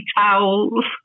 towels